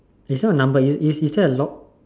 is not a number is is there a lock